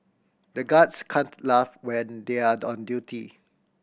the guards can't laugh when they are on duty